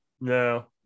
No